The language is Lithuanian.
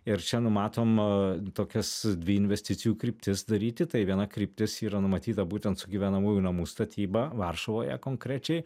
ir čia numatom a tokias dvi investicijų kryptis daryti tai viena kryptis yra numatyta būtent su gyvenamųjų namų statyba varšuvoje konkrečiai